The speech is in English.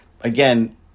again